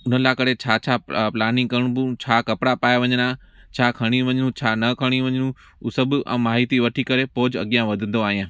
हुन लाइ करे छा छा प्लानिंग कणबूं उन छा कपिड़ा पाए वञणा छा खणी वञूं छा न खणी वञूं उहे सभु मां हिते वठी करे पोइ अॻिते वधंदो आहियां